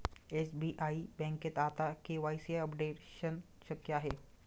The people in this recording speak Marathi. एस.बी.आई बँकेत आता के.वाय.सी अपडेशन शक्य आहे